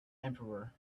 emperor